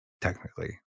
technically